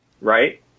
right